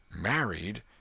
Married